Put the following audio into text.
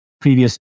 previous